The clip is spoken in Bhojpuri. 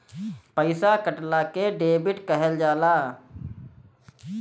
पइसा कटला के डेबिट कहल जाला